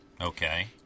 Okay